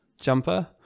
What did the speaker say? jumper